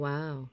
Wow